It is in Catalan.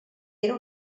era